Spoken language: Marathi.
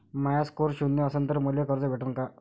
माया स्कोर शून्य असन तर मले कर्ज भेटन का?